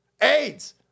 AIDS